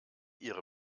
ihre